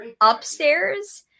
upstairs